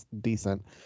decent